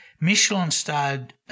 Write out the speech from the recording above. Michelin-starred